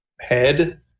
head